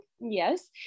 Yes